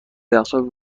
یخچال